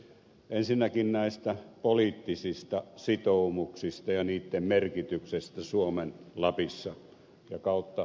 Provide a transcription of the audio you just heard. ensinnäkin näistä poliittisista sitoumuksista ja niiden merkityksestä suomen lapissa ja eduskunnassa